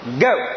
Go